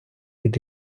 під